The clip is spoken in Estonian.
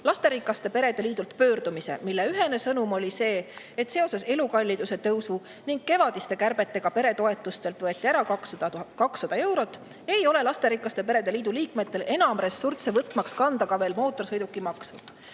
lasterikaste perede liidult pöördumise, mille ühene sõnum oli see, et seoses elukalliduse tõusu ning kevadiste peretoetuste kärbetega – võeti ära 200 eurot – ei ole lasterikaste perede liidu liikmetel enam ressursse võtmaks kanda ka mootorsõidukimaksu.